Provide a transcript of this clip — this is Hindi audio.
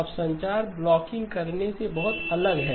अब संचार में ब्लॉकिंग करने से बहुत अलग है